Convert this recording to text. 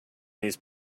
these